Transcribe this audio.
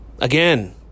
Again